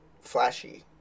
flashy